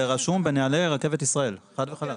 זה רשום בנהלי רכבת ישראל חד וחלק.